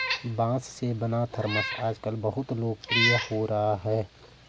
बाँस से बना थरमस आजकल बहुत लोकप्रिय हो रहा है